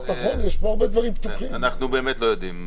אבל אנחנו באמת עוד לא יודעים.